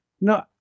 No